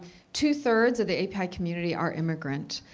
two three of the aapi community are immigrant,